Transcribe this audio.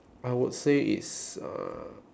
I would say it's uh